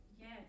Yes